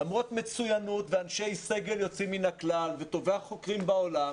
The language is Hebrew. למרות מצוינוּת ואנשי סגל יוצאים מן הכלל וטובי החוקרים בעולם,